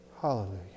Hallelujah